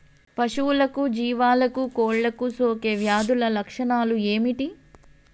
పశువులకు జీవాలకు కోళ్ళకు సోకే వ్యాధుల లక్షణాలు ఏమిటి?